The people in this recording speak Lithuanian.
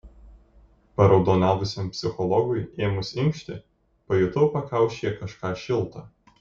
paraudonavusiam psichologui ėmus inkšti pajutau pakaušyje kažką šilta